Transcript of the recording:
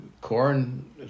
corn